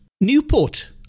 Newport